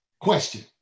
question